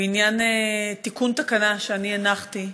בעניין הצעה לתיקון תקנה שהנחתי.